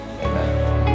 Amen